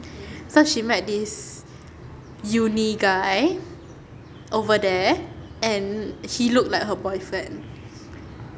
so she met this uni guy over there and he look like her boyfriend